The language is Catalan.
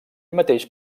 mateix